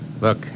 Look